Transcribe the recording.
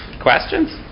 questions